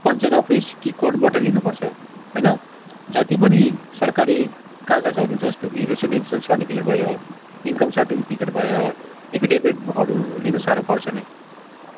panchayat office कि कोर्टबाट लिनुपर्छ होइन जति पनि सरकारी कागजहरू जस्तो रेसिडेन्सियल सर्टिफिकेट भयो इन्कम सर्टिफिकेट भयो एफिडेभिटहरू लिनु साह्रो पर्छ नै